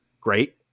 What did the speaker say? great